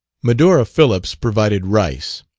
medora phillips provided rice.